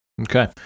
Okay